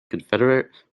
confederate